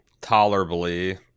tolerably